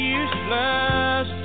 useless